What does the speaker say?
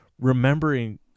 remembering